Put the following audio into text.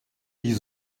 die